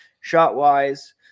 Shot-wise